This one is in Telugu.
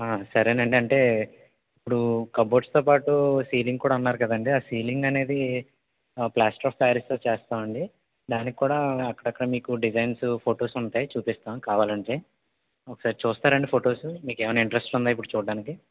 సరేనండి అంటే ఇప్పుడు కబోర్డ్స్తో పాటు సీలింగ్ కూడా అన్నారు కదండీ సీలింగ్ అనేది ప్లాస్టర్ ఆఫ్ పారిస్తో చేస్తామండి దానికి కూడా అక్కడక్కడ మీకు డిజైన్సు ఫొటోస్ ఉంటాయి చూపిస్తాం కావాలంటే ఒకసారి చూస్తారండి ఫొటోస్ మీకెవన్నా ఇంట్రెస్ట్ ఉందా ఇప్పుడు చూడ్డానికి